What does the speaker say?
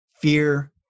fear